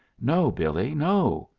no, billie, no,